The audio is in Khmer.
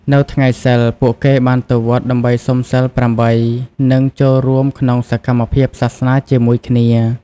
នៅថ្ងៃសីល ពួកគេបានទៅវត្តដើម្បីសុំសីលប្រាំបីនិងចូលរួមក្នុងសកម្មភាពសាសនាជាមួយគ្នា។